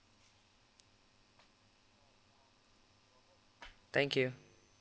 thank you